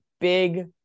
big